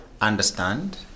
understand